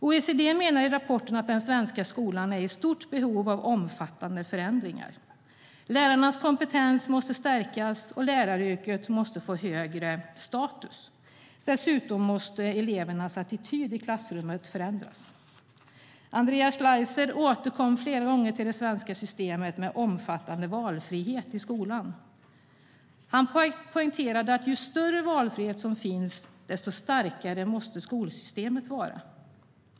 OECD menar i rapporten att den svenska skolan är i stort behov av omfattande förändringar. Lärarnas kompetens måste stärkas, och läraryrket måste få högre status. Dessutom måste elevernas attityder i klassrummet förändras. Andreas Schleicher återkom flera gånger till det svenska systemet med omfattande valfrihet i skolan. Han poängterade att ju större valfrihet som finns, desto starkare måste skolsystemet vara.